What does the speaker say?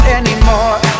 anymore